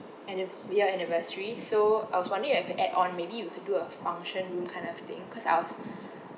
anniv~ their anniversary so I was wondering if I could add on maybe we could do a function kind of thing cause I was